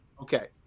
Okay